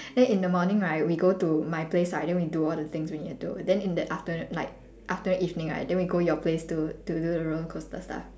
then in the morning right we go to my place right then we do all the things we need to do then in the afternoon like afternoon evening right then we go your place to to do the roller coaster stuff